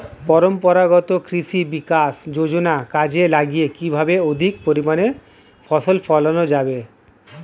পরম্পরাগত কৃষি বিকাশ যোজনা কাজে লাগিয়ে কিভাবে অধিক পরিমাণে ফসল ফলানো যাবে?